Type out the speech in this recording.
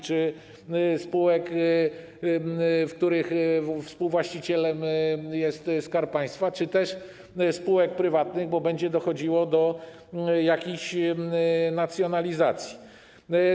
Czy spółek, w których współwłaścicielem jest Skarb Państwa, czy też spółek prywatnych, bo będzie dochodziło do jakichś nacjonalizacji.